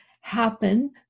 happen